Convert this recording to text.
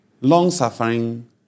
long-suffering